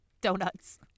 donuts